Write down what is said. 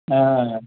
ಹಾಂ